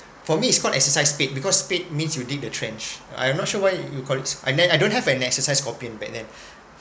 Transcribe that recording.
for me it's called exercise spade because spade means you dig the trench I'm not sure why you call it and then I don't have an exercise copy and back then